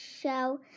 show